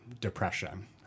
depression